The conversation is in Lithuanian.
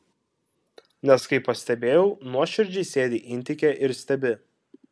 nes kaip pastebėjau nuoširdžiai sėdi intike ir stebi